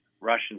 Russian